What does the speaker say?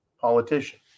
politician